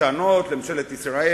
בטענות לממשלת ישראל.